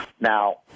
Now